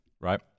right